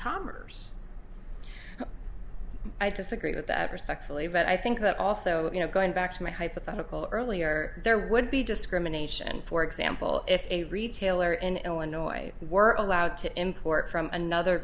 commerce i disagree with that respectfully but i think that also you know going back to my hypothetical earlier there would be discrimination for example if a retailer in illinois were allowed to import from another